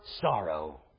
sorrow